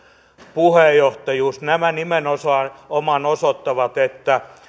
puheenjohtajuus nämä nimenomaan osoittavat että